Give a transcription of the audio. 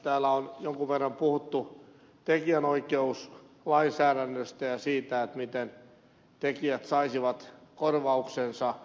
täällä on jonkun verran puhuttu tekijänoikeuslainsäädännöstä ja siitä miten tekijät saisivat korvauksensa